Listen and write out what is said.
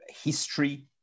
history